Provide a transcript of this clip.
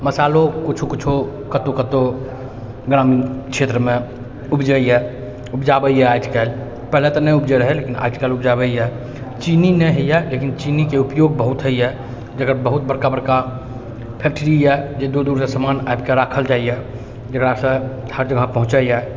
मसालो किछु किछु कतहु कतहु ग्रामीण क्षेत्रमे उपजैए उपजाबैए आजकल पहिले तऽ नहि उपजै रहै लेकिन आजकाल उपजाबैए चीनी नहि होइए लेकिन चीनीके उपयोग बहुत होइए जकर बहुत बड़का बड़का फैक्ट्री अइ जे दूर दूरसँ सामान आबिकऽ राखल जाइए जकरासँ हर जगह पहुँचैए